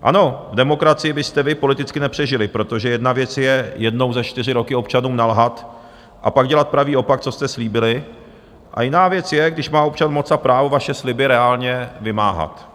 Ano, v demokracii byste vy politicky nepřežili, protože jedna věc je jednou za čtyři roky občanům nalhat a pak dělat pravý opak, co jste slíbili, a jiná věc je, když má občan moc a právo vaše sliby reálně vymáhat.